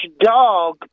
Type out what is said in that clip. dog